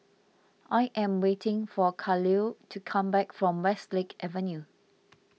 I am waiting for Kahlil to come back from Westlake Avenue